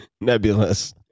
nebulous